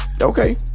Okay